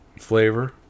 flavor